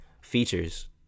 Features